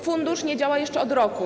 Fundusz nie działa jeszcze od roku.